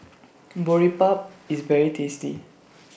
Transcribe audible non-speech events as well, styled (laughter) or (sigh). (noise) Boribap IS very tasty